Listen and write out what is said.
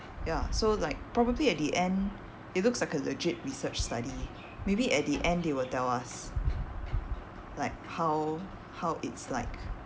ya so like probably at the end it looks like a legit research study maybe at the end they will tell us like how how it's like